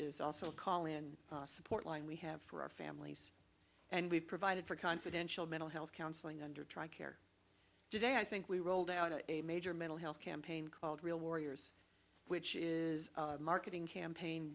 is also a call in support line we have for our families and we provided for confidential mental health counseling under tri care today i think we rolled out a major mental health campaign called real warriors which is marketing campaign